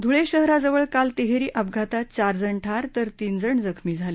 ध्रळे शहराजवळ काल तिहेरी अपघातात चार जण ठार तर तीन जण जखमी झाले